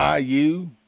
IU